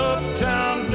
Uptown